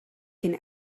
can